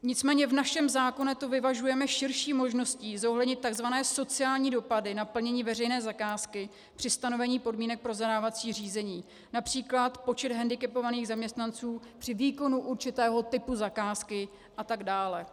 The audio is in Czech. Nicméně v našem zákoně to vyvažujeme širší možností zohlednit takzvané sociální dopady na plnění veřejné zakázky při stanovení podmínek pro zadávací řízení, například počet hendikepovaných zaměstnanců při výkonu určitého typu zakázky a tak dále.